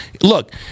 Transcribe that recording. Look